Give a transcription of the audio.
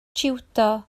jiwdo